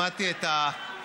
שמעתי את ההטחות